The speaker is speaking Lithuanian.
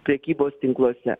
prekybos tinkluose